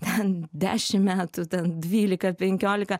bent dešim metų ten dvylika ar penkiolika